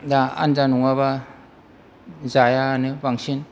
दा आन्जा नङाबा जायाआनो बांसिन